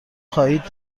خواهید